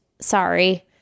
Sorry